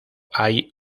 hay